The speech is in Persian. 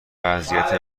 وضعیت